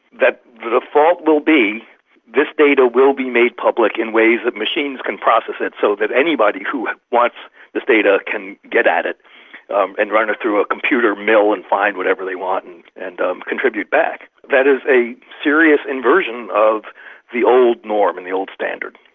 that the default will be this data will be made public in ways that machines can process it so that anybody who wants this data can get at it um and run it through a computer mill and find whatever they want and and um contribute back. that is a serious inversion of the old norm and the old standard.